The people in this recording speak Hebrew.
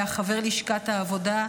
היה חבר לשכת העבודה,